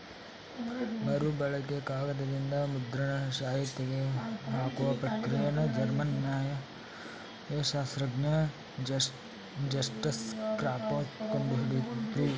ಮರುಬಳಕೆ ಕಾಗದದಿಂದ ಮುದ್ರಣ ಶಾಯಿ ತೆಗೆದುಹಾಕುವ ಪ್ರಕ್ರಿಯೆನ ಜರ್ಮನ್ ನ್ಯಾಯಶಾಸ್ತ್ರಜ್ಞ ಜಸ್ಟಸ್ ಕ್ಲಾಪ್ರೋತ್ ಕಂಡು ಹಿಡುದ್ರು